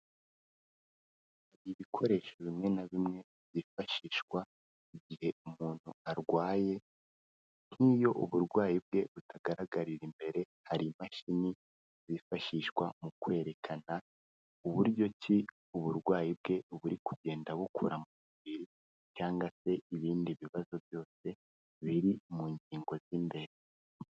Ibikoresho bimwe na bimwe byifashishwa igihe umuntu arwaye, nk'iyo uburwayi bwe butagaragarira imbere, hari imashini zifashishwa mu kwerekana uburyo ki uburwayi bwe buri kugenda bukura mu mubiri cyangwa se ibindi bibazo byose biri mu ngingo z'imbere.